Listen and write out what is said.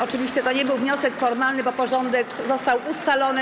Oczywiście to nie był wniosek formalny, bo porządek został ustalony.